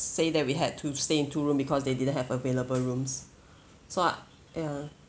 say that we had to stay in two room because they didn't have available rooms so uh ya